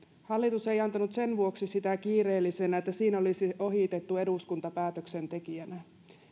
hallitus ei antanut sen vuoksi sitä kiireellisenä että siinä olisi ohitettu eduskunta päätöksentekijänä